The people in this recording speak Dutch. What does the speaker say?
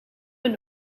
een